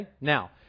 Now